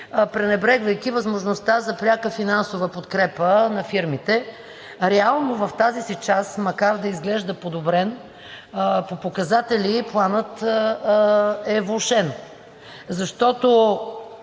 пренебрегвайки възможността за пряка финансова подкрепа на фирмите? Реално в тази си част, макар да изглежда подобрен, по показатели Планът е влошен, защото